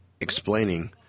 Explaining